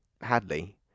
Hadley